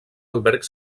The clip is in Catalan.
alberg